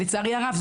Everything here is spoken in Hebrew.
לצערי הרב,